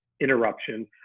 interruption